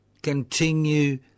Continue